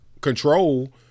control